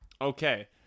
Okay